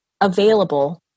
available